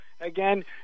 again